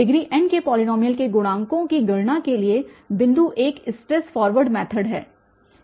degree n के polynomial के गुणांकों की गणना के लिए बिंदु एक स्ट्रेट फॉरवर्ड मैथड है